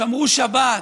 שמרו שבת,